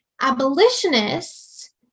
Abolitionists